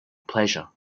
pleasure